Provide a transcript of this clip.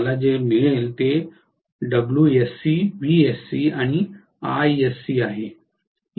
मला जे मिळेल ते Wsc Vsc आणि Isc आहे